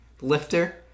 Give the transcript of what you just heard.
Lifter